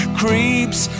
creeps